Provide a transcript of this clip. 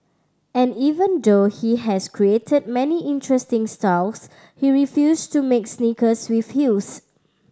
and even though he has created many interesting styles he refuse to make sneakers with heels